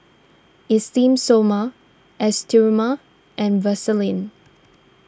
Esteem Stoma S Terimar and Vaselin